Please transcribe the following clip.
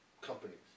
Companies